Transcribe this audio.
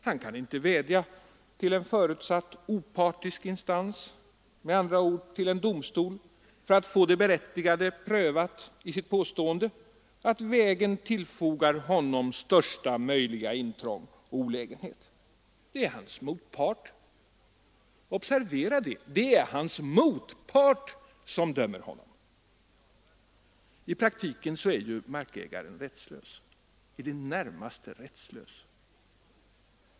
Han kan inte vädja till en förutsatt opartisk instans, med andra ord till en domstol, för att få det berättigade prövat i sitt påstående att vägen tillfogar honom största möjliga intrång och olägenhet. Det är hans motpart — observera det — som dömer honom. I praktiken är markägaren i det närmaste rättslös.